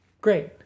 Great